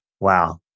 Wow